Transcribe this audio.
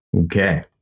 Okay